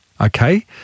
okay